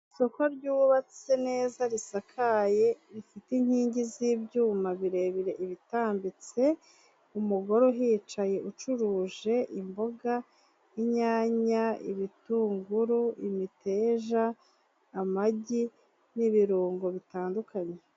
Isoko ryubatse neza risakaye rifite inkingi z'ibyuma birebire, ibitambitse, umugore uhicaye ucuruje imboga, inyanya, ibitunguru, imiteja, amagi n'ibirungo bitandukanye.